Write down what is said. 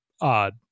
odd